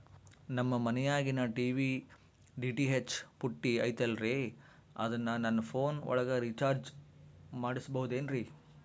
ನಮ್ಮ ಮನಿಯಾಗಿನ TV DTH ಪುಟ್ಟಿ ಐತಲ್ರೇ ಅದನ್ನ ನನ್ನ ಪೋನ್ ಒಳಗ ರೇಚಾರ್ಜ ಮಾಡಸಿಬಹುದೇನ್ರಿ?